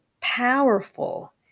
powerful